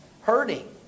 hurting